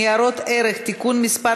חוזה הביטוח (תיקון מס'